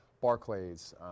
Barclays